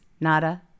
Nada